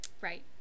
Right